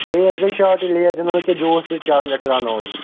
Lay's گٔے شارٹٕے Lays چھِنہٕ وُنکٮ۪ن کیٚنٛہہ جوس تہٕ چاکلیٹ ترٛاوناہو بہٕ